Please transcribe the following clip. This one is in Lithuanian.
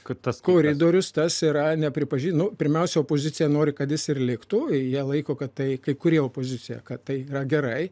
kad tas koridorius tas yra nepripažin nu pirmiausia opozicija nori kad jis ir liktų jie laiko kad tai kai kurie opozicija kad tai yra gerai